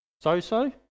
so-so